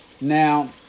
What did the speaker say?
Now